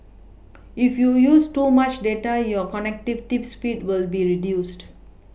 if you use too much data your connectivity speed will be reduced